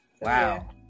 Wow